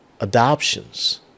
adoptions